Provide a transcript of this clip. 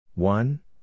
One